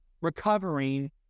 recovering